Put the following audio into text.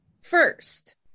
First